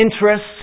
interests